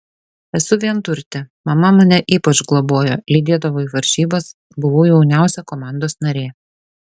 esu vienturtė mama mane ypač globojo lydėdavo į varžybas buvau jauniausia komandos narė